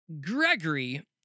Gregory